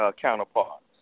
counterparts